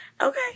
Okay